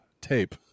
tape